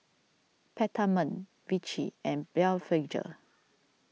Peptamen Vichy and Blephagel